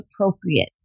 appropriate